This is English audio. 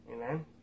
Amen